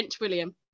William